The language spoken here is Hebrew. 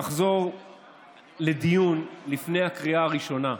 תחזור לדיון לפני הקריאה הראשונה,